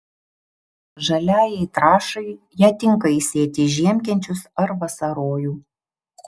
žaliajai trąšai ją tinka įsėti į žiemkenčius ar vasarojų